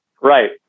Right